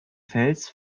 fels